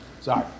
Sorry